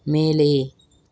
மேலே